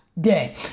day